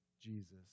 Jesus